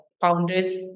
founders